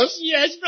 Yes